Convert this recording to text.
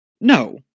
no